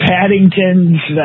Paddington's